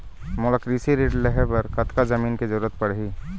मोला कृषि ऋण लहे बर कतका जमीन के जरूरत पड़ही?